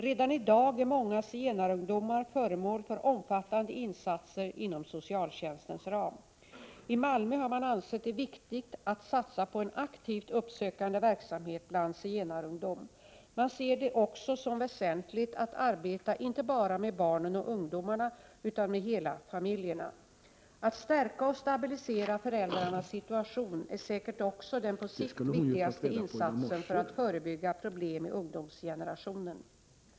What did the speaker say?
Redan i dag är många zigenarungdomar föremål för omfattande insatser inom socialtjänstens ram. I Malmö har man ansett det viktigt att satsa på en aktivt uppsökande verksamhet bland zigenarungdom. Man ser det också som väsentligt att arbeta inte bara med barnen och ungdomarna, utan med hela familjerna. Att stärka och stabilisera föräldrarnas situation är säkert också den på sikt viktigaste insatsen för att förebygga problem i ungdomsgenerationen.